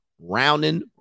rounding